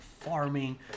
farming